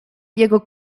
jego